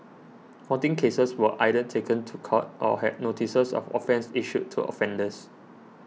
fourteen cases were either taken to court or had notices of offence issued to offenders